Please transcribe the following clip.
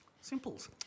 Simples